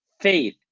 faith